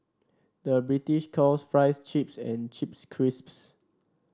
the British calls fries chips and chips crisps